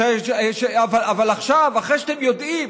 אבל עכשיו, אחרי שאתם יודעים